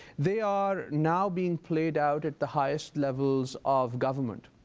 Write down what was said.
they are now being played out at the highest levels of government.